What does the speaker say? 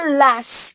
last